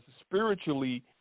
spiritually